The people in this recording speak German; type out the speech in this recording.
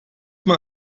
man